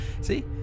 see